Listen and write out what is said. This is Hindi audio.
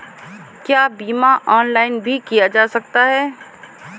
क्या बीमा ऑनलाइन भी किया जा सकता है?